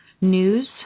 news